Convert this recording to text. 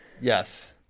Yes